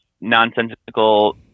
nonsensical